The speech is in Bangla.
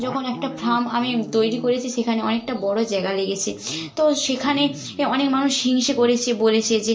যখন একটা ফার্ম আমি তৈরি করেছি সেখানে অনেকটা বড়ো জায়গা লেগেছে তো সেখানে এ অনেক মানুষ হিংসে করেছে বলেছে যে